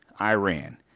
Iran